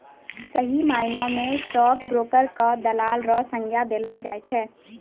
सही मायना म स्टॉक ब्रोकर क दलाल र संज्ञा देलो जाय छै